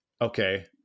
Okay